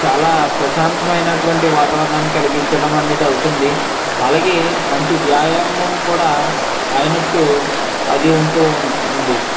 చాలా ప్రశాంతమైనటువంటి వాతావరణాన్ని కలిగించడం అనేది అవుతుంది అలాగే మంచి వ్యాయామం కూడా అయినట్టు అది ఉంటూ ఉంది